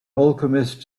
alchemist